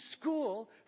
school